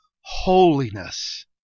holiness